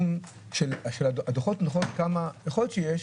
הדוחות יכול להיות שיש,